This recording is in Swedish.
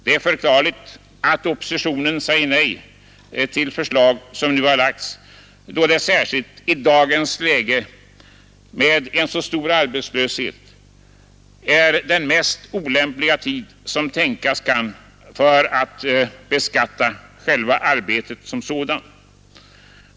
Det är förklarligt att oppositionen säger nej till det förslag som nu lagts, då det särskilt i dagens läge med en så stor arbetslöshet är den mest olämpliga tid som tänkas kan för att beskatta själva arbetet som sådant.